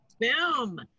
Boom